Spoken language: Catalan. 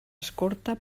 escorta